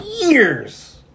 Years